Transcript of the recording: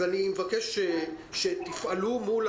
אז אני מבקש שתפעלו מול